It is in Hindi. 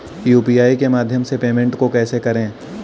यू.पी.आई के माध्यम से पेमेंट को कैसे करें?